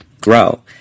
grow